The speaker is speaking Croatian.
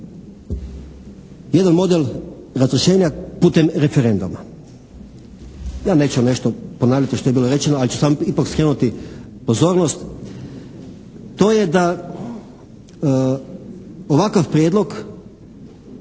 jedan model razrješenja putem referenduma. Ja neću nešto ponavljati što je bilo rečeno, ali ću samo ipak skrenuti pozornost, to je da ovakav prijedlog